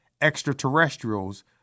extraterrestrials